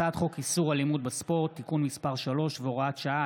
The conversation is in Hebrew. הצעת חוק איסור אלימות בספורט (תיקון מס' 3 והוראת שעה),